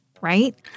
right